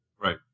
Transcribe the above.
right